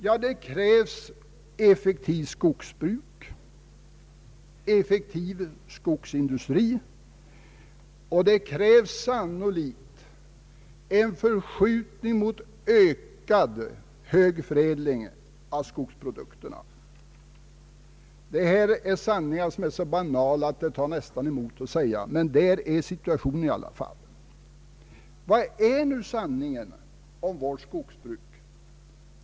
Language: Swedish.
Ja, det krävs ett effektivt skogsbruk, en effektiv skogsindustri och sannolikt en förskjutning mot ökad högförädling av skogsprodukterna. Detta är sanningar som är så banala att det nästan tar emot att uttala dem, men sådan är situationen. Vad är nu sanningen om vårt skogsbruk?